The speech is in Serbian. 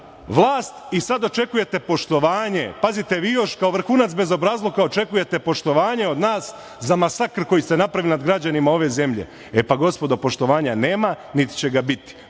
vlast i sad očekujete poštovanje. Pazite, vi još, kao vrhunac bezobrazluka, očekujete poštovanje od nas za masakr koji ste napravili nad građanima ove zemlje. E, pa, gospodo, poštovanja nema, niti će ga biti,